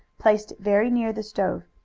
placed it very near the stove.